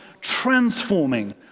transforming